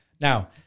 Now